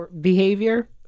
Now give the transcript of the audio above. behavior